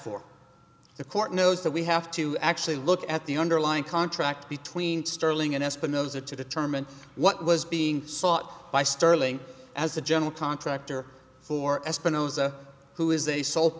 for the court knows that we have to actually look at the underlying contract between sterling and espinosa to determine what was being sought by sterling as a general contractor for espinosa who is a sole